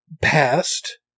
past